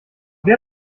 wer